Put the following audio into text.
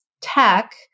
tech